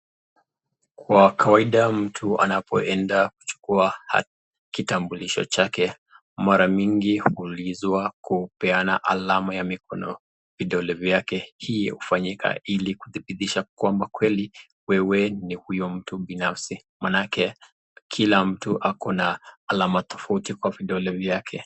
Kwa kawaida mtu anapoenda kuchukua kitambulisho chake, mara mingi huulizwa kupeana alama ya mikono, vidole vyake. Hiyo hufanyika ili kudhibitisha kwamba kweli wewe ni huyo mtu binafsi, maanake kila mtu ako na alama tofauti kwa vidole vyake